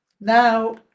Now